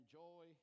joy